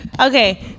okay